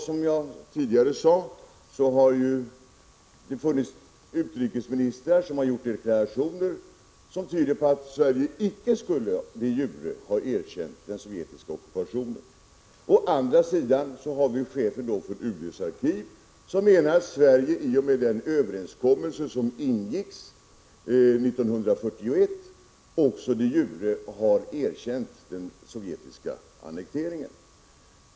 Som jag tidigare sade har vi haft utrikesministrar som gjort deklarationer, som tyder på att Sverige de jure icke skulle ha erkänt den sovjetiska ockupationen. Å andra sidan menar chefen för UD:s arkiv att Sverige i och med den uppgörelse som ingicks 1941 de jure har erkänt den sovjetiska annekteringen.